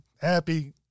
happy